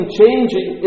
changing